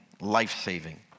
life-saving